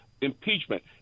impeachment